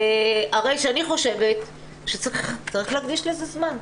הרי אני חושבת שצריך להקדיש לזה זמן.